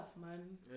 man